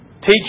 Teach